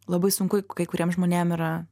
labai sunku kai kuriems žmonėm yra